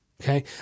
okay